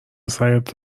سعیت